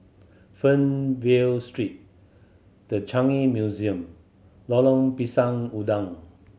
Fernvale Street The Changi Museum Lorong Pisang Udang